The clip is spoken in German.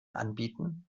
anbieten